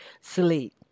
sleep